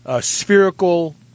spherical